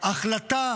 החלטה